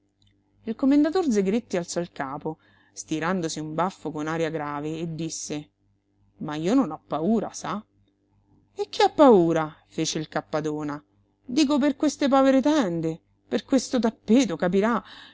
il commendator zegretti alzò il capo stirandosi un baffo con aria grave e disse ma io non ho paura sa e chi ha paura fece il cappadona dico per queste povere tende per questo tappeto capirà